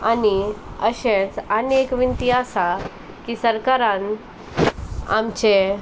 आनी अशेंच आनी एक विनंती आसा की सरकारान आमचे